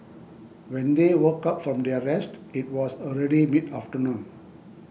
when they woke up from their rest it was already mid afternoon